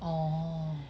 oh